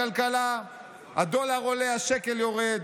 בכלכלה הדולר עולה, השקל יורד.